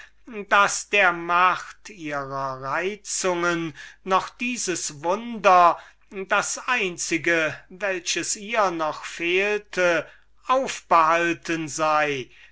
einzuflößen daß der macht ihrer reizungen noch dieses wunder aufbehalten sei das einzige welches